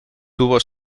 tuvo